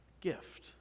gift